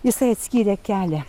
jisai atskyrė kelią